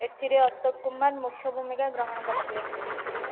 ଏଥିରେ ଅଶୋକ କୁମାର ମୁଖ୍ୟ ଭୂମିକା ଗ୍ରହଣ କରିଥିଲେ